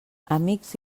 amics